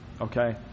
okay